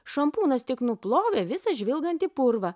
šampūnas tik nuplovė visą žvilgantį purvą